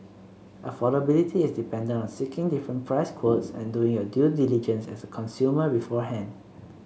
affordability is dependent on seeking different price quotes and doing your due diligence as a consumer beforehand